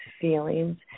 feelings